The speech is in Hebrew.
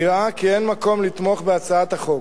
נראה כי אין מקום לתמוך בהצעת החוק,